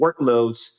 workloads